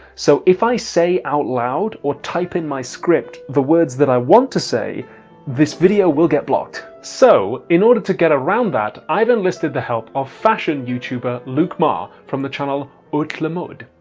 so if i say out loud or type in my script the words that i want to say this video will get blocked. so, in order to get around that i've enlisted the help of fashion youtuber, luke meagher from the channel hautelemode.